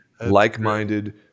like-minded